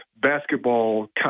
Basketball